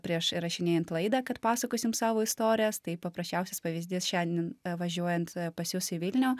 prieš įrašinėjant laidą kad pasakosim savo istorijas tai paprasčiausias pavyzdys šiandien važiuojant pas jus į vilnių